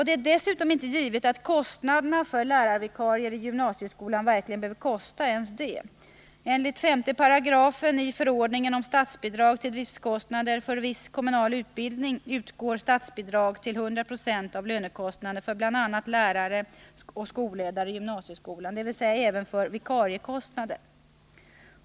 Det är dessutom inte givet att kostnaderna för lärarvikarier i gymnasieskolan verkligen behöver uppgå tillens det. Enligt 5 § i förordningen om statsbidrag till driftkostnader för viss kommunal utbildning utgår statsbidrag till 100 96 av lönekostnaderna för bl.a. lärare och skolledare i gymnasieskolan, dvs. även för vikariekostnader.